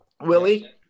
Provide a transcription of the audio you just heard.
Willie